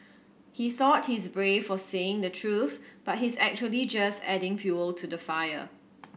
he thought he's brave for saying the truth but he's actually just adding fuel to the fire